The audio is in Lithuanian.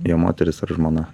jo moteris ar žmona